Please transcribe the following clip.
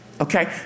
okay